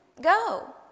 Go